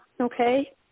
Okay